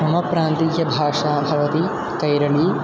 मम प्रान्तीयभाषा भवति कैरळी